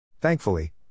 Thankfully